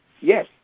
Yes